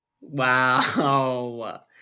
Wow